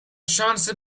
شانس